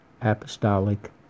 apostolic